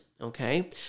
okay